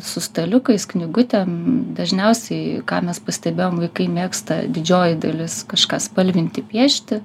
su staliukais knygutėm dažniausiai ką mes pastebėjom vaikai mėgsta didžioji dalis kažką spalvinti piešti